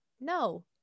no